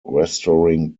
restoring